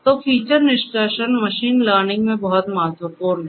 तो फीचर निष्कर्षण machine learning में बहुत महत्वपूर्ण है